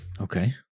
Okay